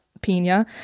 Pina